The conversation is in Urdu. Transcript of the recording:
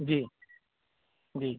جی جی